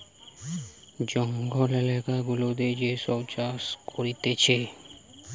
জঙ্গল এলাকা গুলাতে যে সব চাষ করতিছে